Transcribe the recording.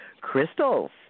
crystals